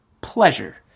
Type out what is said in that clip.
pleasure